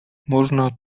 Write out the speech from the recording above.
można